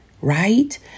right